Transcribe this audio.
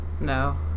No